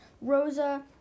Rosa